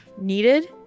needed